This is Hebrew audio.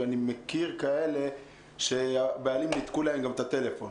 אני מכיר כאלה שהבעלים ניתקו להן גם את הטלפון.